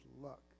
luck